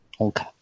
Okay